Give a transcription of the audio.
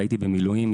הייתי במילואים,